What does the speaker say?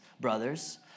brothers